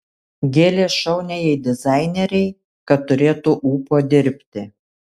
gėlės šauniajai dizainerei kad turėtų ūpo dirbti